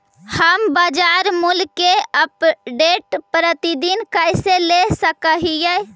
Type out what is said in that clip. हम बाजार मूल्य के अपडेट, प्रतिदिन कैसे ले सक हिय?